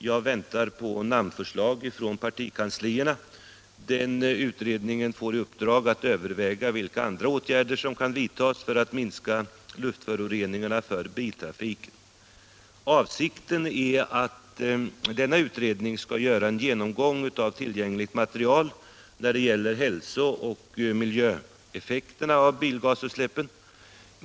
Jag väntar på namnförslag från partikanslierna. Den utredningen får i uppdrag att överväga vilka andra åtgärder som kan vidtas för att minska luftföroreningarna från biltrafiken. Avsikten är att denna utredning skall göra en genomgång av tillgängligt material när det gäller hälso och miljöeffekterna av bilavgasutsläppen.